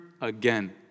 again